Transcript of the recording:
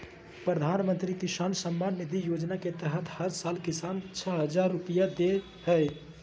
प्रधानमंत्री किसान सम्मान निधि योजना के तहत हर साल किसान, छह हजार रुपैया दे हइ